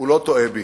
הוא לא טועה בי.